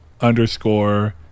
underscore